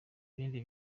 ibindi